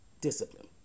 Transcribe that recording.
discipline